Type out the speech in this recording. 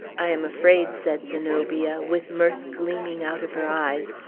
i am afraid, said zenobia, with mirth gleaming out of her eyes,